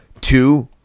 two